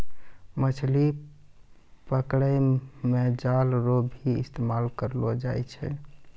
मछली पकड़ै मे जाल रो भी इस्तेमाल करलो जाय छै